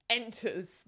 enters